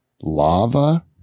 lava